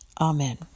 Amen